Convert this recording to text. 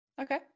okay